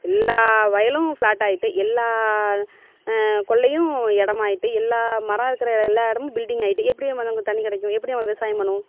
எல்லா வயலும் ஃபிளாட்டாக ஆகிட்டு எல்லா கொல்லையும் இடமாயிட்டு எல்லா மரம் இருக்கிற எல்லா இடமும் பில்டிங் ஆகிட்டு எப்படி தண்ணி கிடைக்கும் எப்படி நம்ம விவசாயம் பண்ணுவோம்